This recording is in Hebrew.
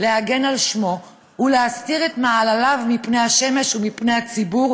להגן על שמו ולהסתיר את מעלליו מפני השמש ומפני הציבור,